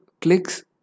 clicks